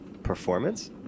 Performance